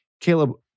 Caleb